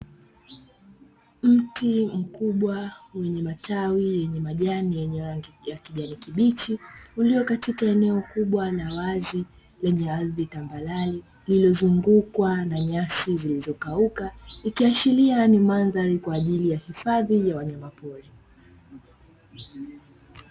Mti mkubwa wenye matawi yenye majani yenye rangi ya kijani kibichi, ulio katika eneo kubwa la wazi lenye ardhi tambarare, lililozungukwa na nyasi zilizokauka ikiashiria ni mandhari kwa ajili ya hifadhi ya wanyama pori.